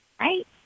Right